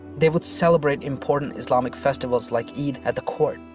they were celebrated important islamic festivals like eid at the court.